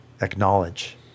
acknowledge